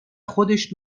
خودش